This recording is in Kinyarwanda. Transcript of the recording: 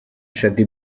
shaddy